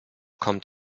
kommt